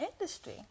industry